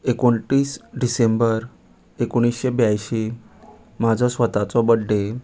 एकुणतीस डिसेंबर एकुणशे ब्यांयशीं म्हाजो स्वताचो बड्डे